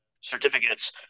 certificates